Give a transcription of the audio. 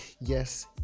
yes